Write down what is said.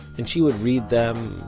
and she would read them,